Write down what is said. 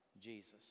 Jesus